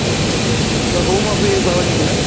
तत्र होमोऽपि भवति किल